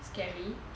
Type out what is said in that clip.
scary